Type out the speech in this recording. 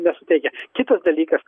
nesuteikia kitas dalykas